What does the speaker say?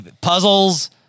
Puzzles